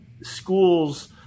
schools